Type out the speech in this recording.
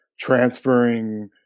transferring